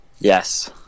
yes